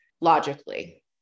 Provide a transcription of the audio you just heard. logically